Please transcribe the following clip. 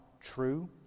true